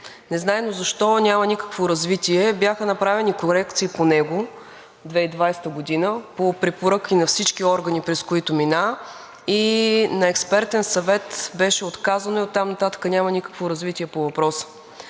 незнайно защо няма никакво развитие. Бяха направени корекции по него 2020 г. по препоръки на всички органи, през които мина. На експертен съвет беше отказано и оттам нататък няма никакво развитие по въпроса.